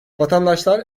vatandaşlar